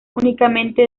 únicamente